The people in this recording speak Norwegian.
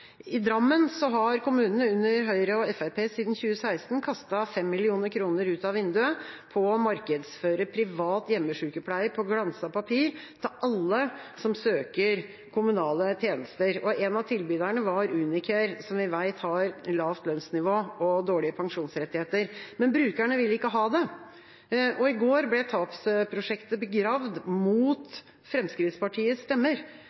I Drammen har kommunen under Høyre og Fremskrittspartiet siden 2016 kastet 5 mill. kr ut av vinduet på å markedsføre privat hjemmesykepleie på glanset papir til alle som søker om kommunale tjenester – en av tilbyderne var Unicare, som vi vet har lavt lønnsnivå og dårlige pensjonsrettigheter – men brukerne vil ikke ha det. I går ble tapsprosjektet begravd – mot Fremskrittspartiets stemmer